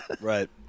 Right